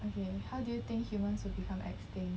okay how do you think humans will become extinct